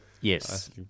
Yes